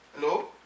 Hello